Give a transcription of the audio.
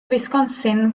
wisconsin